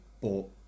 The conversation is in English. bought